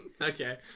Okay